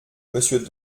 monsieur